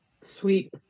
Sweet